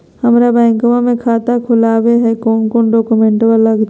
हमरा बैंकवा मे खाता खोलाबे के हई कौन कौन डॉक्यूमेंटवा लगती?